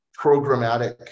programmatic